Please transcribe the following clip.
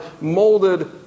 molded